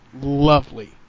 Lovely